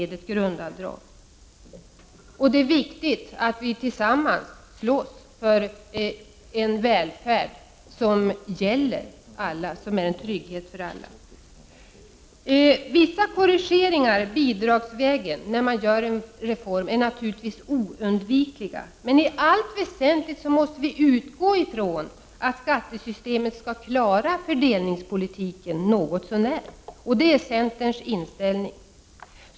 Det är viktigt att vi tillsammans slåss för en välfärd som innebär trygghet för alla. Vissa korrigeringar bidragsvägen är förmodligen oundvikliga när man genomför en reform. Men i allt väsentligt måste vi utgå från att skattesystemet skall klara fördelningspolitiken något så när. Det är centerns inställning.